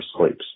sleeps